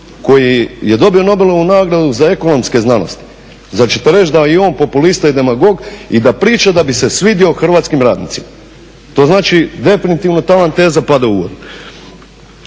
koji je dobio Nobelovu nagradu za ekonomske znanosti. Zar ćete reći da je i on populista i demagog i da priča da bi se svidio hrvatskim radnicima? To znači definitivno ta vam teza pada u vodu.